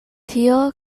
tio